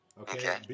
Okay